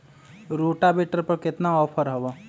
Rotavator पर केतना offer हव?